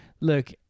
Look –